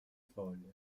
foglie